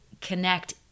connect